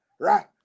Right